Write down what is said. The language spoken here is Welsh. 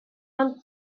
ond